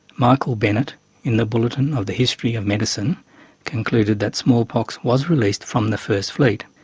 michael bennett in the bulletin of the history of medicine concluded that smallpox was released from the first fleet,